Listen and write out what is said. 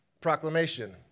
proclamation